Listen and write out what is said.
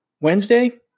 Wednesday